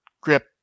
grip